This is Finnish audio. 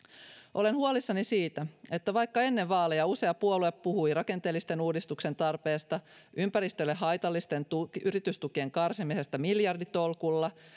olen huolissani siitä että vaikka ennen vaaleja usea puolue puhui rakenteellisten uudistusten tarpeesta ympäristölle haitallisten yritystukien karsimisesta miljarditolkulla ja